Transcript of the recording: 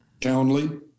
Townley